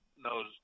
knows